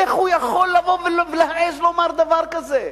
איך הוא יכול לבוא ולהעז לומר דבר כזה?